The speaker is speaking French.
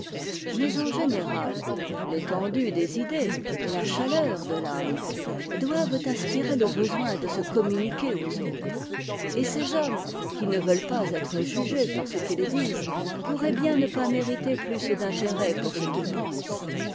mais en général l'étendue des idées et la chaleur de l'âme doivent inspirer le besoin de se communiquer aux autres et ces hommes qui ne veulent pas être jugés par ce qu'ils disent pourraient bien ne pas mériter plus d'intérêt pour ce qu'ils pensent